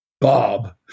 Bob